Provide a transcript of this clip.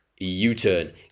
U-turn